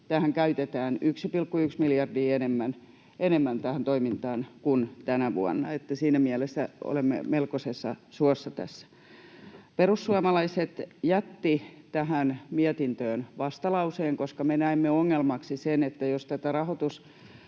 käytetään 1,1 miljardia enemmän kuin tänä vuonna, että siinä mielessä olemme melkoisessa suossa tässä. Perussuomalaiset jätti tähän mietintöön vastalauseen, koska me näemme ongelmaksi sen, että jos tätä rahoitusvajetta